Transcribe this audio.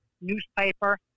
newspaper